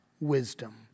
wisdom